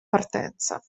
partenza